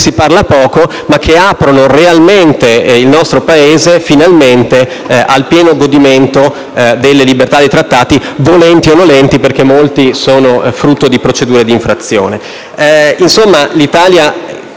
si parla poco, ma che aprono realmente e finalmente il nostro Paese al pieno godimento delle libertà dei trattati, volenti o nolenti, perché molti sono frutto di procedure di infrazione.